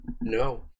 no